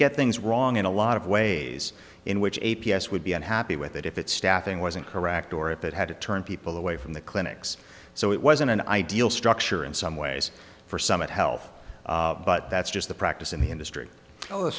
get things wrong in a lot of ways in which a p s would be unhappy with it if it staffing wasn't correct or if it had to turn people away from the clinics so it wasn't an ideal structure in some ways for some of health but that's just the practice in the industry